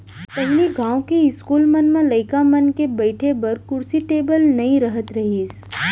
पहिली गॉंव के इस्कूल मन म लइका मन के बइठे बर कुरसी टेबिल नइ रहत रहिस